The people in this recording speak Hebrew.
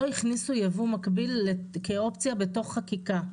לא הכניסו יבוא מקביל כאופציה בתוך חקיקה.